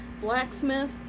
blacksmith